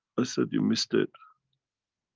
i said, you missed it!